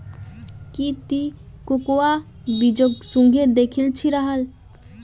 की ती कोकोआ बीजक सुंघे दखिल छि राहल